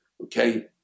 okay